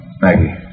Maggie